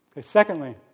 Secondly